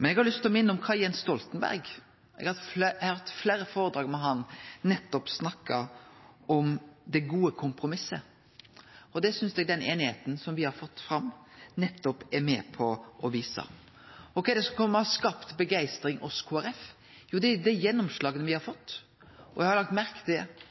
Men eg har lyst til å minne om kva Jens Stoltenberg – eg har høyrt fleire av hans foredrag – har snakka om, det gode kompromisset. Det synest eg den einigheita me har fått til, nettopp er med på å vise. Kva er det som har skapt begeistring hos Kristeleg Folkeparti? Det er gjennomslaga me har fått. Eg har lagt merke til